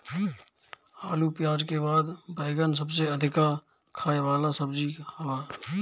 आलू पियाज के बाद बैगन सबसे अधिका खाए वाला सब्जी हअ